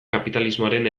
kapitalismoaren